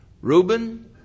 Reuben